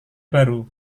baru